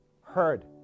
Heard